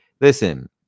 Listen